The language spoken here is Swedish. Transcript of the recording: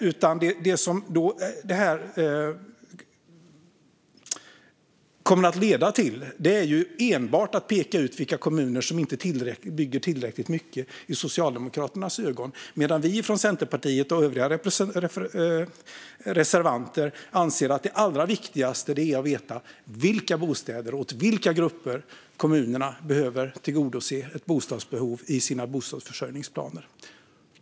Det enda detta kommer att leda till är nämligen att de kommuner som i Socialdemokraternas ögon inte bygger tillräckligt mycket pekas ut, medan vi från Centerpartiet och övriga reservanter i stället anser att det allra viktigaste är att veta vilka bostäder kommunerna behöver bygga och vilka gruppers bostadsbehov kommunerna behöver tillgodose i sina bostadsförsörjningsplaner.